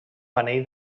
panell